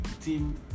team